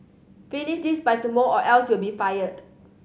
finish this by tomorrow or else you'll be fired